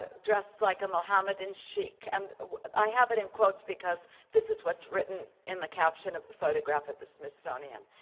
ah dressed like a mohammedan sheikh sheikh and i have it in quotes because this is what's written in the caption of the photograph at the smithsonian.